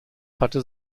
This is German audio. hatte